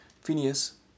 Phineas